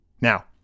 Now